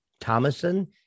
Thomason